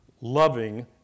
loving